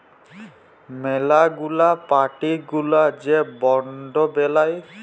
ম্যালা গুলা পার্টি গুলা যে বন্ড বেলায়